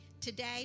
Today